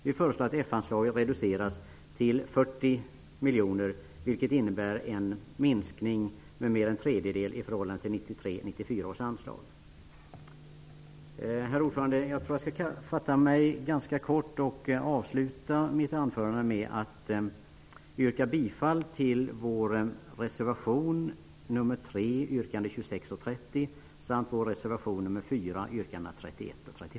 Vi föreslår att F-anslagen reduceras till 40 miljoner, vilket innebär en minskning med mer än en tredjedel i förhållande till 1993/94 års anslag. Herr talman! Jag skall fatta mig kort. Jag avslutar mitt anförande med att yrka bifall till vår reservation nr 3 beträffande momenten 26 och 30